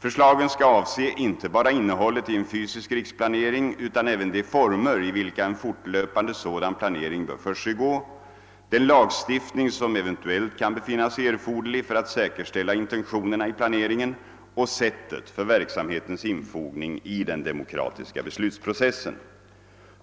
Förslagen skall avse inte bara innehållet i en fysisk riksplanering utan även de former i vilka en fortlöpande sådan planering bör försiggå, den lagstiftning som eventuellt kan befinnas erforderlig för att säkerställa intentionerna i planeringen och sättet för verksamhetens infogning i den demokratiska beslutsprocessen.